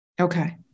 Okay